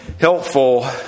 helpful